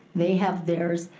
they have theirs,